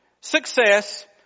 success